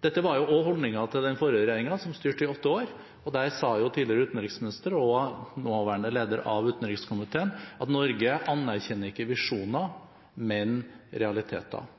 Dette var jo også holdningen til den forrige regjeringen, som styrte i åtte år. Da sa tidligere utenriksminister og nåværende leder av utenrikskomiteen at Norge anerkjenner ikke visjoner, men realiteter.